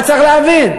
אבל צריך להבין,